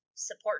support